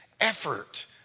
effort